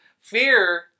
fear